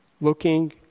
looking